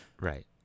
Right